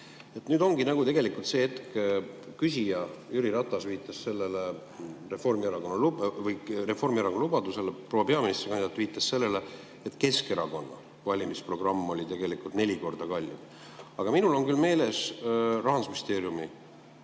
Nüüd ongi tegelikult see hetk. Küsija Jüri Ratas viitas [ühele] Reformierakonna lubadusele. Proua peaministrikandidaat viitas sellele, et Keskerakonna valimisprogramm oli tegelikult neli korda kallim. Aga minul on küll meeles Rahandusministeeriumi